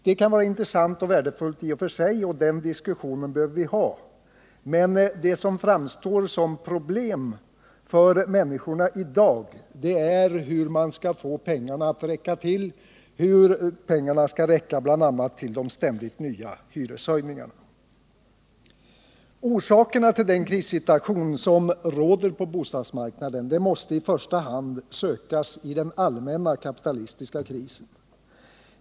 Det kan vara intressant och värdefullt i och för sig, och den diskussionen bör vi ha, men det som framstår som problem för människorna i dag är hur man skall få pengarna att räcka till, bl.a. till de ständigt nya hyreshöjningarna. Orsakerna till krissituationen på bostadsmarknaden måste i första hand sökas i den allmänna kapitalistiska krisen.